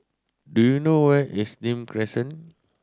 do you know where is Nim Crescent